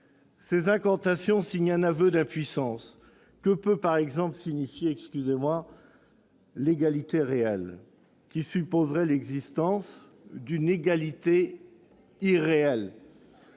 Ces incantations signent un aveu d'impuissance. Que peut par exemple signifier « l'égalité réelle », qui supposerait l'existence fumeuse d'une « égalité irréelle »